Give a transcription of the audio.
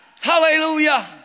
Hallelujah